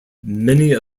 many